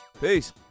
Peace